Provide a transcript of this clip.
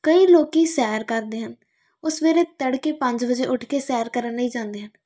ਕਈ ਲੋਕ ਸੈਰ ਕਰਦੇ ਹਨ ਉਹ ਸਵੇਰੇ ਤੜਕੇ ਪੰਜ ਵਜੇ ਉੱਠ ਕੇ ਸੈਰ ਕਰਨ ਲਈ ਜਾਂਦੇ ਹਨ